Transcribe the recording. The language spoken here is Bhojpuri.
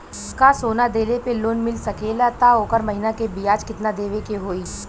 का सोना देले पे लोन मिल सकेला त ओकर महीना के ब्याज कितनादेवे के होई?